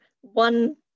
one